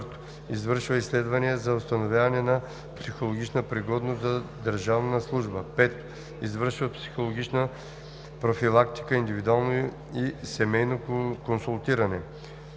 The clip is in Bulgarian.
извършва изследвания за установяване на психологична пригодност за държавна служба; 5. извършва психологична профилактика, индивидуално и семейно консултиране;